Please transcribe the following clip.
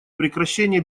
прекращение